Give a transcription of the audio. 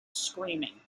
screaming